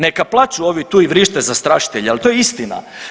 Neka plaću ovi tu i vrište zastrašitelji, ali to je istina.